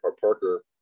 Parker